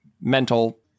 mental